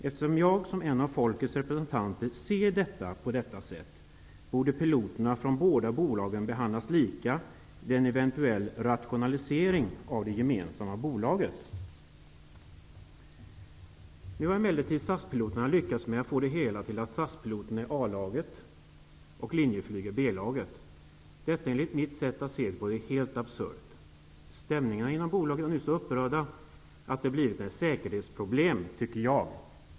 Eftersom jag som en av folkets representanter ser det på detta sätt, borde piloterna från båda bolagen behandlas lika vid en eventuell rationalisering av det gemensamma bolaget. Nu har emellertid SAS piloterna lyckats att få det till att SAS-piloterna är A-laget och att Linjeflygs piloter är B-laget. Detta är enligt mitt sätt att se helt absurt. Stämningen inom bolagen är nu så upprörd att det har blivit ett säkerhetsproblem, tycker jag.